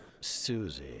Susie